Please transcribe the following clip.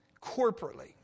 corporately